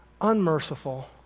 unmerciful